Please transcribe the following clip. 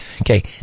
Okay